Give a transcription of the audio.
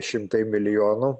šimtai milijonų